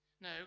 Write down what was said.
No